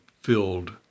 filled